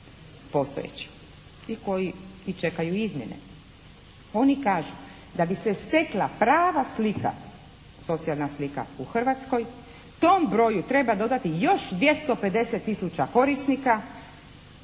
i koji i čekaju izmjene? Oni kažu da bi se stekla prava slika socijalna slika u Hrvatskoj tom broju treba dodati još 250 tisuća korisnika,